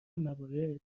موارد